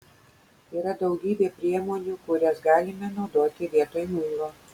yra daugybė priemonių kurias galime naudoti vietoj muilo